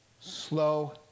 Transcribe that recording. slow